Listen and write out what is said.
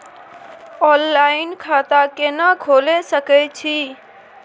Online खाता केना खोले सकै छी?